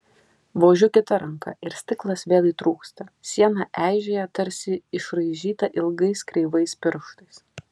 vožiu kita ranka ir stiklas vėl įtrūksta siena eižėja tarsi išraižyta ilgais kreivais pirštais